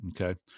Okay